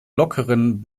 lockeren